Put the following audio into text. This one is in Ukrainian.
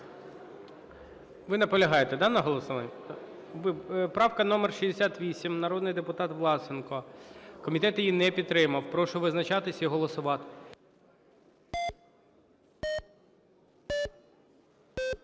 Ви наполягаєте, да, на голосуванні? Правка номер 168, народний депутат Власенко. Комітет її не підтримав. Прошу визначатись і голосувати.